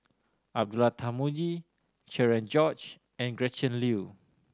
Abdullah Tarmugi Cherian George and Gretchen Liu